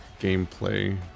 gameplay